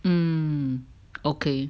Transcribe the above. mm okay